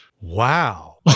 Wow